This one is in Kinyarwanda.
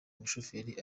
umushoferi